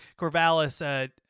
Corvallis